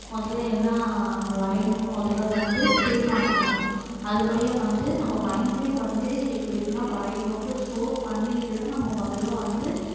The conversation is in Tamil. முதல்ல என்ன நம்ம வரையணும்னு முதல்ல வந்து தீர்மானிக்கணும் அதுபடி வந்து நம்ம மைண்ட்லையும் வந்து இப்படி இப்படில்லாம் வரையணுன்ட்டு ஸ்டோர் பண்ணிக்கிட்டுதான் நம்ம முதல்ல வந்து